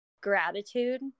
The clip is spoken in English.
gratitude